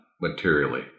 materially